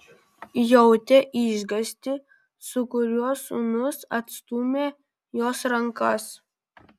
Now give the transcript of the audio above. jautė išgąstį su kuriuo sūnus atstūmė jos rankas